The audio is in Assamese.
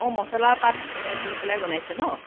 অঁ মচলাপাত দি পেলাই বনাইছে ন